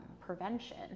prevention